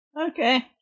Okay